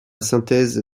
synthèse